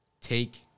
take